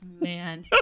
man